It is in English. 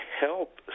help